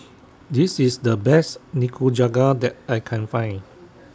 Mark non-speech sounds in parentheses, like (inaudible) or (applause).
(noise) This IS The Best Nikujaga that I Can Find (noise)